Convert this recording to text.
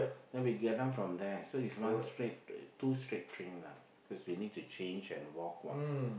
then we get down from there so it's one straight uh two straight train lah cause we need to change and walk [what]